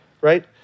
Right